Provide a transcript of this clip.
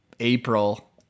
april